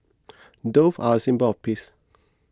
doves are a symbol of peace